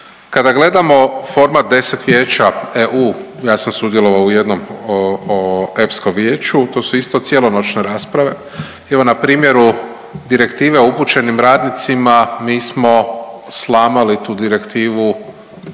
Kada gledamo format 10 vijeća EU ja sam sudjelovao u jednom o EPSCO-m vijeću to su isto cijelo noćne rasprave. evo na primjeru direktive upućenim radnicima mi smo slamali tu direktivu